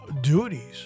duties